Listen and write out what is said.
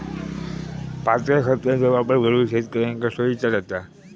पातळ खतांचो वापर करुक शेतकऱ्यांका सोयीचा जाता